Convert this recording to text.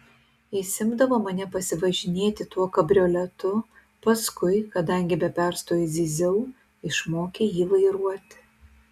jis imdavo mane pasivažinėti tuo kabrioletu paskui kadangi be perstojo zyziau išmokė jį vairuoti